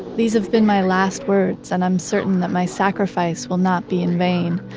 these have been my last words and i'm certain that my sacrifice will not be in vain.